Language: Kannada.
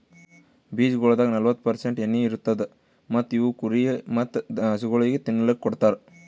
ಬೀಜಗೊಳ್ದಾಗ್ ನಲ್ವತ್ತು ಪರ್ಸೆಂಟ್ ಎಣ್ಣಿ ಇರತ್ತುದ್ ಮತ್ತ ಇವು ಕುರಿ ಮತ್ತ ಹಸುಗೊಳಿಗ್ ತಿನ್ನಲುಕ್ ಕೊಡ್ತಾರ್